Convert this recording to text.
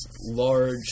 large